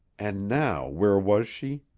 and now where was she?